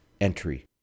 entry